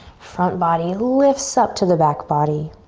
front body lifts up to the back body.